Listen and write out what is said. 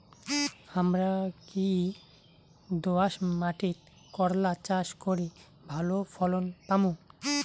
হামরা কি দোয়াস মাতিট করলা চাষ করি ভালো ফলন পামু?